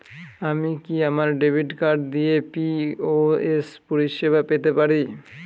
আমি কি আমার ডেবিট কার্ড দিয়ে পি.ও.এস পরিষেবা পেতে পারি?